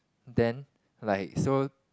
then like so